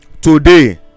today